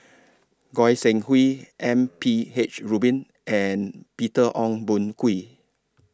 Goi Seng Hui M P H Rubin and Peter Ong Boon Kwee